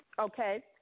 Okay